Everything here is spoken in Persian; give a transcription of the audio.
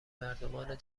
مردمان